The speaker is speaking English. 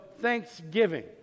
thanksgiving